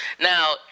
Now